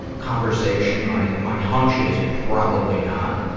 ah conversation. my, my hunch is probably not.